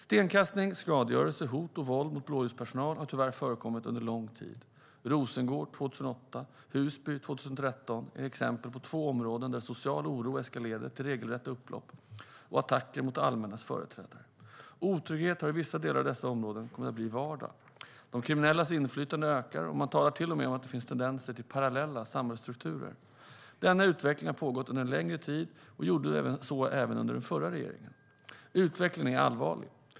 Stenkastning, skadegörelse, hot och våld mot blåljuspersonal har tyvärr förekommit under lång tid. Rosengård 2008 och Husby 2013 är två exempel på områden där social oro eskalerade till regelrätta upplopp och attacker mot det allmännas företrädare. Otrygghet har i vissa delar av dessa områden kommit att bli vardag. De kriminellas inflytande ökar, och man talar till och med om att det finns tendenser till parallella samhällsstrukturer. Denna utveckling har pågått under en längre tid och gjorde så även under den förra regeringen. Utvecklingen är allvarlig.